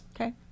Okay